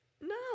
No